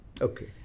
Okay